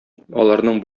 аларның